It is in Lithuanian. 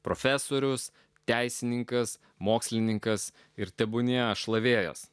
profesorius teisininkas mokslininkas ir tebūnie šlavėjas